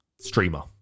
streamer